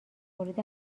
مورد